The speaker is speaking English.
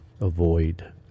avoid